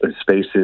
spaces